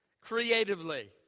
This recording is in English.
Creatively